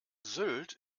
sylt